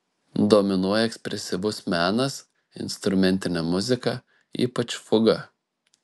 dominuoja ekspresyvus menas instrumentinė muzika ypač fuga